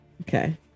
Okay